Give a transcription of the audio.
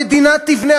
המדינה תבנה.